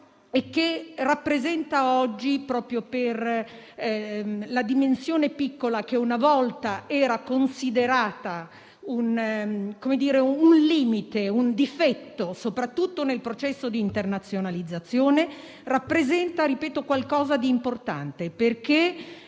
italiano. Oggi, proprio per la dimensione piccola, che una volta era considerata un limite e un difetto, soprattutto nel processo di internazionalizzazione, essa rappresenta qualcosa di importante e